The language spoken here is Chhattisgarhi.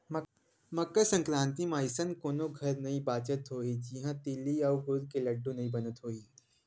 मकर संकरांति म अइसन कोनो घर नइ बाचत होही जिहां तिली अउ गुर के लाडू नइ बनत होही